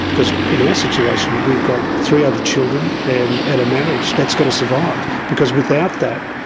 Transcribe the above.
because in our situation we've got three other children and and a marriage that's got to survive, because without that,